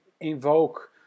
invoke